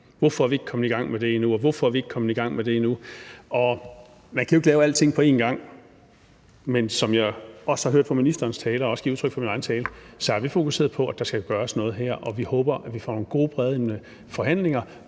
hvorfor vi ikke er kommet i gang med dét og dét endnu. Man kan jo ikke lave alting på én gang, men som jeg også har hørt det på ministerens tale, og som jeg også har givet udtryk for i min egen tale, så er vi fokuseret på, at der skal gøres noget her, og vi håber, at vi får nogle gode, brede forhandlinger,